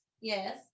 yes